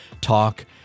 Talk